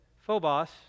phobos